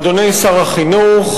אדוני שר החינוך,